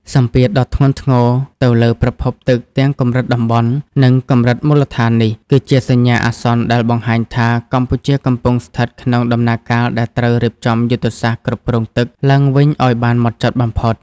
សម្ពាធដ៏ធ្ងន់ធ្ងរទៅលើប្រភពទឹកទាំងកម្រិតតំបន់ និងកម្រិតមូលដ្ឋាននេះ គឺជាសញ្ញាអាសន្នដែលបង្ហាញថា កម្ពុជាកំពុងស្ថិតក្នុងដំណាក់កាលដែលត្រូវរៀបចំយុទ្ធសាស្ត្រគ្រប់គ្រងទឹកឡើងវិញឱ្យបានម៉ត់ចត់បំផុត។